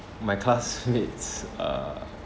my classmates uh